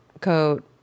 coat